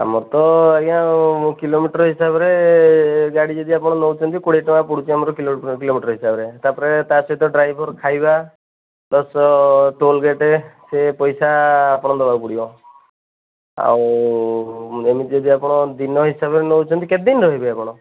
ଆମର ତ ଆଜ୍ଞା ଆଉ କିଲୋମିଟର୍ ହିସାବରେ ଗାଡ଼ି ଯଦି ଆପଣ ଯଦି ନେଉଛନ୍ତି କୋଡ଼ିଏ ଟଙ୍କା ପଡ଼ୁଛି ଆମର କିଲୋମିଟର ହିସାବରେ ତା'ପରେ ତା ସହିତ ଡ୍ରାଇଭର ଖାଇବା ପ୍ଲସ ଟୋଲ ଗେଟେ ସେ ପଇସା ଆପଣ ଦେବାକୁ ପଡ଼ିବ ଆଉ ଏମିତି ଯେଦି ଆପଣ ଦିନ ହିସାବରେ ନେଉଛନ୍ତି କେତେଦିନ ରହିବେ ଆପଣ